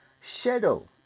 shadow